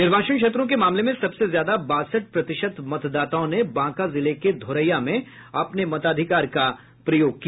निर्वाचन क्षेत्रों के मामले में सबसे ज्यादा बासठ प्रतिशत मतदाताओं ने बांका जिले के धौरेया में अपने मताधिकार का प्रयोग किया